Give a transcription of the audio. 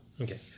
Okay